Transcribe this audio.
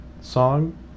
song